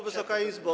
Wysoka Izbo!